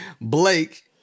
Blake